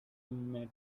met